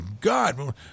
God